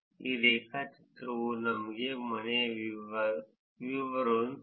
ಆದ್ದರಿಂದ ನಿವಾಸಕ್ಕಾಗಿ ರೇಖಾಚಿತ್ರ ಇಲ್ಲಿದೆ ಕೆಂಪು ಎಂದರೆ ಗೂಗಲ್ ಪ್ಲಸ್ ನೀಲಿ ಟ್ವಿಟರ್ ಮತ್ತು ಹಸಿರು ಚತುರ್ಭುಜವಾಗಿದೆ